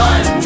One